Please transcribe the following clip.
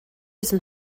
some